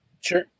Sure